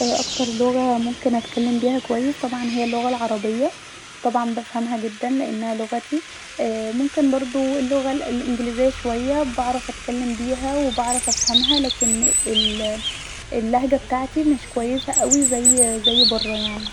اكتر لغه ممكن اتكلم بيها كويس طبعا هي اللغه العربيه طبعا بفهمها جدا لانها لغتي ااا وبردو اللغه الانجليزيه شويه بعرف اتكلم بيها وبعرف افهمها لاكن اللهجه بتاعتي مش كويسه اوي زي برا يعني